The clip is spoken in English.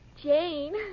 Jane